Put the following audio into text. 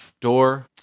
door